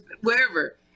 wherever